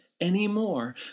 anymore